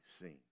seen